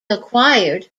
acquired